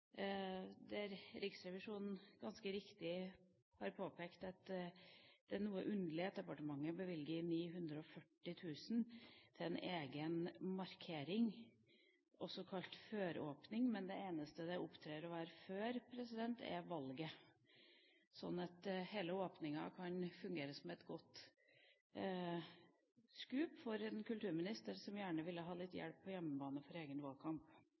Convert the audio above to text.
der Riksrevisjonen ganske riktig har påpekt at det er noe underlig at departementet bevilget 940 000 kr til en egen markering, også kalt «føråpning», men det eneste man var før, var valget, så hele åpningen kunne fungere som et godt scoop for en kulturminister som gjerne ville ha litt hjelp på hjemmebane til egen valgkamp.